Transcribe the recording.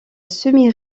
semi